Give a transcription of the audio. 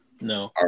No